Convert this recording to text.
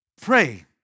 Pray